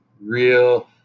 real